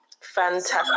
fantastic